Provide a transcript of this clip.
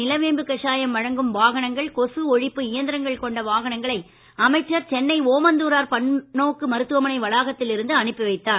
நிலவேம்பு கஷாயம் வழங்கும் வாகனங்கள் கொசு ஒழிப்பு இயந்திரங்கள் கொண்ட வாகனங்களை அமைச்சர் சென்னை ஒமந்தூரார் பன்நோக்கு மருத்துவமனை வளாகத்தில் இருந்து அனுப்பி வைத்தார்